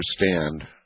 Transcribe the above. understand